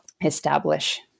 establish